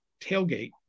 tailgate